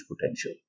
potential